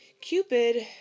Cupid